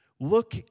Look